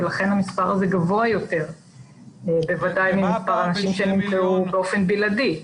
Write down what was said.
ולכן המספר הזה גבוה יותר בוודאי ממספר האנשים שנמצאו באופן בלעדי.